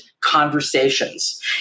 conversations